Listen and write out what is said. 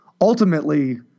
ultimately